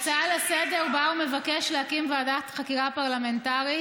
הצעה לסדר-היום שבה הוא מבקש להקים ועדת חקירה פרלמנטרית